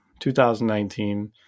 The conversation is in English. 2019